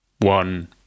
one